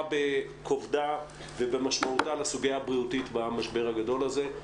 בכובדה ובמשמעותה לסוגיה הבריאותית במשבר הגדול הזה.